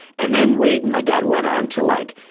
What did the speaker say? and then, wade and my dad went on to, like,